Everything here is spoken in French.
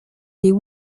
des